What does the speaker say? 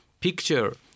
picture